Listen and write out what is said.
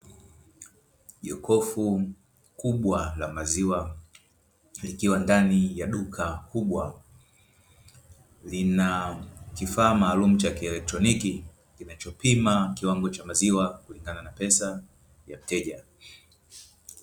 Jokofu kubwa la maziwa likiwa ndani ya duka kubwa, lina kifaa maalumu cha kieletroniki kinachopima kiwango cha maziwa kulingana na pesa ya mteja.